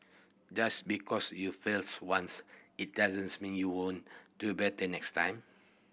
just because you fails once it doesn't mean you won't do better next time